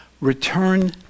Return